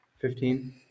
Fifteen